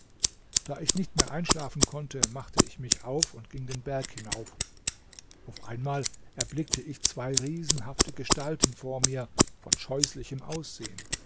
da ich nicht mehr einschlafen konnte machte ich mich auf und ging den berg hinauf auf einmal erblickte ich zwei riesenhafte gestalten vor mir von scheußlichem aussehen